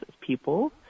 people